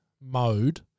mode